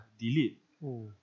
delete